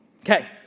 Okay